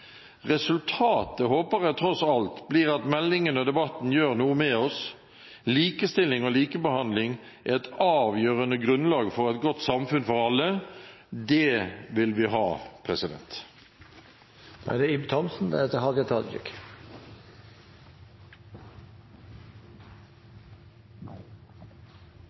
Resultatet håper jeg tross alt blir at meldingen og debatten gjør noe med oss – likestilling og likebehandling er et avgjørende grunnlag for et godt samfunn for alle, og det vil vi ha, president! Likestillingsdebatten er